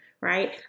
right